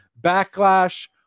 backlash